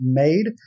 made